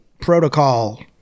Protocol